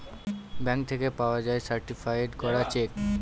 bank থেকে পাওয়া যায় সার্টিফায়েড করা চেক